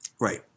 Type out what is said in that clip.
Right